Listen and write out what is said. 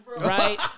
right